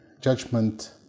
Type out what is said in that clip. judgment